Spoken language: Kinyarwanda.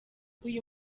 uyu